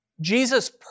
Jesus